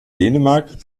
dänemark